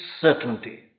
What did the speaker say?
certainty